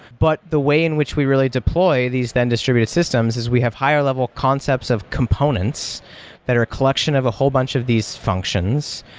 but the way in which we really deploy these then distributed systems is we have higher-level concepts of components that are collection of a whole bunch of these functions,